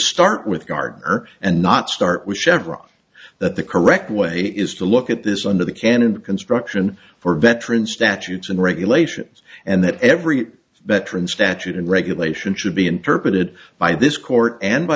start with gardner and not start with chevron that the correct way is to look at this under the can and construction for veteran statutes and regulations and that every veteran statute and regulation should be interpreted by this court and by